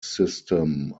system